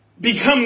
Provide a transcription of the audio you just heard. become